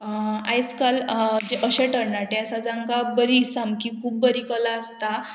आयज काल जे अशे तरणाटे आसा जांकां बरी सामकी खूब बरी कला आसता